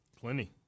Plenty